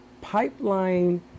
pipeline